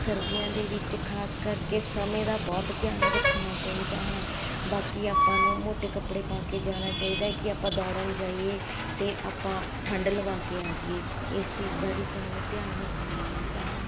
ਸਰਦੀਆਂ ਦੇ ਵਿੱਚ ਖਾਸ ਕਰਕੇ ਸਮੇਂ ਦਾ ਬਹੁਤ ਧਿਆਨ ਰੱਖਣਾ ਚਾਹੀਦਾ ਹੈ ਬਾਕੀ ਆਪਾਂ ਨੂੰ ਮੋਟੇ ਕੱਪੜੇ ਪਾ ਕੇ ਜਾਣਾ ਚਾਹੀਦਾ ਕਿ ਆਪਾਂ ਦੌੜਨ ਜਾਈਏ ਅਤੇ ਆਪਾਂ ਠੰਡ ਲਵਾ ਕੇ ਆ ਜਾਈਏ ਇਸ ਚੀਜ਼ ਦਾ ਵੀ ਸਾਨੂੰ ਧਿਆਨ ਰੱਖਣਾ ਚਾਹੀਦਾ ਹੈ